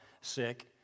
sick